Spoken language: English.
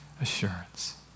assurance